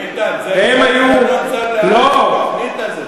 איתן, התוכנית הזאת.